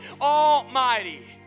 Almighty